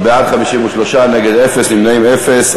53, נגד, אפס, נמנעים, אפס.